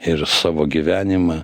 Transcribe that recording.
ir savo gyvenimą